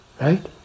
right